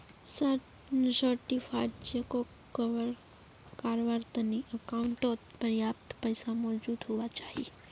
certified चेकोक cover कारवार तने अकाउंटओत पर्याप्त पैसा मौजूद हुवा चाहि